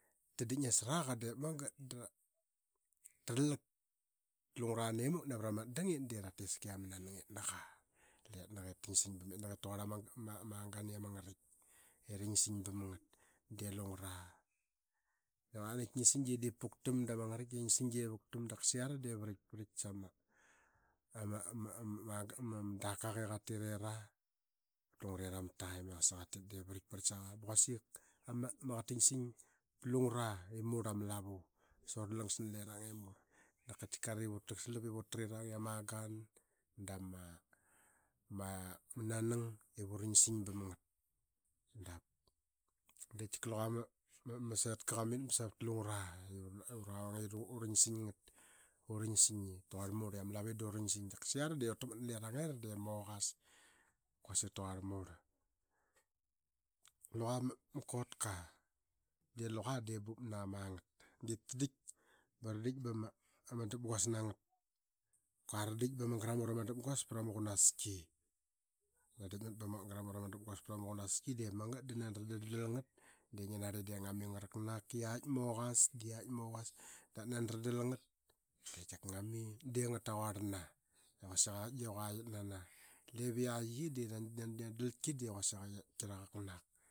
Nasaraqa dip magat dararalak ta lungura nemuk navra ma dangit de ama nanangitnak qa. Lenakqe tansing bamitnak ip taqurl ama agan ama ngarik i ransing bam ngat. De lungura i qua naqaki ngi sing da dep paktam. Dap ka sa iara de varak varaktam sama again ama dakaqa i qa ti era pat lunguera ma taima. SSa qa tit de varakvarakiam saqa ba qasik ama qaqet tansing pa lungura i murl ama lavu. Sa ura langas na leranga i murl dap katika arip ura takslap ip utrirang i ama agan da ma nanang ip uransing bam ngut dap. De tika luga ma setka qamit ba dang aa savat lungura i ura vanga i da urinsing ngat ip taquarl murl ama lavu i da ransing. Dap kasa iara de lareng era de moqas quasik taquarl murl luqa ma kotka de luqa de bup na magat. Diip tadik bama dapguas nangat kua, ra dik bama gramut ama dapguas prama qunaski. Ta dikmat ba. ma garamut ama dap guas prama qunaski. Diip magat da nandal ngat de ngi narli i ngaraknak de qaik kiknak moqas di qik moqas dan nani radal ngat de tika ngami de ngaraknak traquarlna i quasik aqaik de qua nana yi. Diip qiak yie di nari ngla dalki de quasik i qi raqaknak.